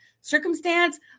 circumstance